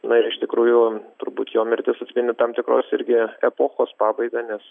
na ir iš tikrųjų turbūt jo mirtis atspindi tam tikros irgi epochos pabaigą nes